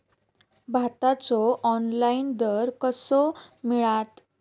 भाताचो ऑनलाइन दर कसो मिळात?